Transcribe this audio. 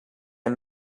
and